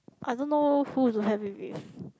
I don't know who also have it with